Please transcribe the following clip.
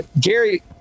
Gary